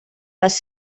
les